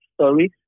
stories